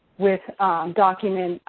with a document,